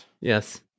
yes